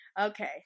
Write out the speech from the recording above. Okay